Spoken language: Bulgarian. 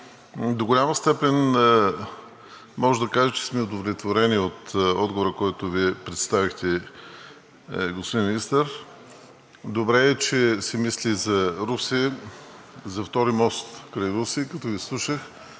До голяма степен можем да кажем, че сме удовлетворени от отговора, който представихте, господин Министър. Добре е, че се мисли за Русе и за втори мост при Русе. Като Ви слушах,